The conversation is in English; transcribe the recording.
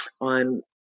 on